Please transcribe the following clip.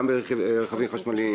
גם ברכבים חשמליים,